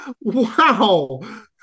Wow